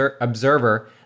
observer